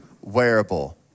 wearable